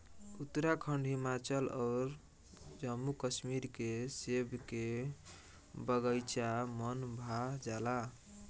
उत्तराखंड, हिमाचल अउर जम्मू कश्मीर के सेब के बगाइचा मन भा जाला